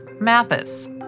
Mathis